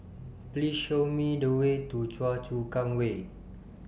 Please Show Me The Way to Choa Chu Kang Way